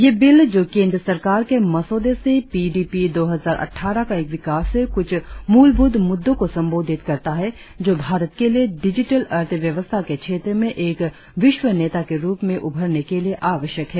यह बिल जो केंद्र सरकार के मसौदे से पी डी पी दो हजार अट्ठारह का एक विकास है कुछ मूलभूत मुद्दों को संबोधित करता है जो भारत के लिए डिजिटल अर्थव्यवस्था के क्षेत्र में एक विश्व नेता के रुप में उभरने के लिए आवश्यक है